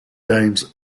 games